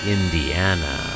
Indiana